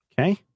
Okay